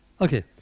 Okay